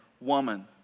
woman